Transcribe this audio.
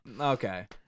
okay